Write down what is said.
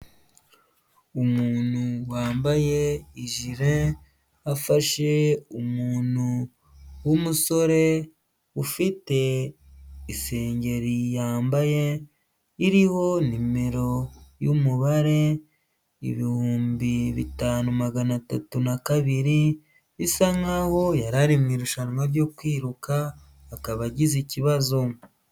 Umuntu wambaye ijire, afashe umuntu w'umusore ufite isengeri yambaye, iriho nimero y'umubare, ibihumbi bitanu magana atatu na kabiri, bisa nk'aho yari ari mu irushanwa ryo kwiruka, akaba agize ikibazo.